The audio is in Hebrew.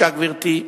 גברתי,